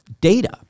data